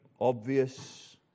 obvious